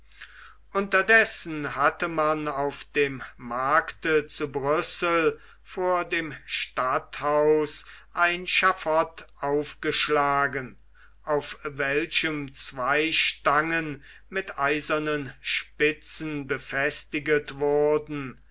unterdessen hatte man auf dem markte zu brüssel vor dem stadthause ein schaffot aufgeschlagen auf welchem zwei stangen mit eisernen spitzen befestiget wurden